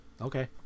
Okay